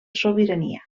sobirania